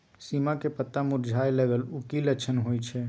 सीम के पत्ता मुरझाय लगल उ कि लक्षण होय छै?